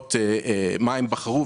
לראות מה הם בחרו,